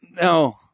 No